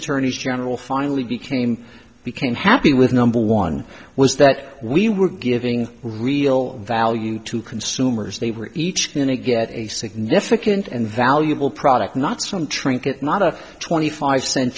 attorney general finally became became happy with number one was that we were giving real value to consumers they were each going to get a significant and valuable product not some trinket not a twenty five cent